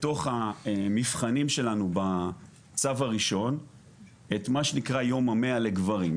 לתוך המבחנים שלנו בצו הראשון את מה שנקרא יום ה 100 לגברים.